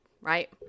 right